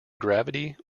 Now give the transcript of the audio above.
gravity